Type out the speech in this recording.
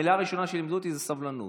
המילה הראשונה שלימדו אותי היא "סבלנות".